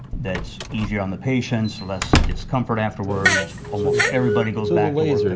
that's easier on the patient, less discomfort afterwards, almost everybody goes back sort of